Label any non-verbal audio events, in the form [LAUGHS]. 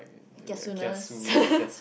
kiasuness [LAUGHS]